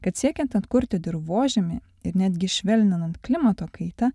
kad siekiant atkurti dirvožemį ir netgi švelninant klimato kaitą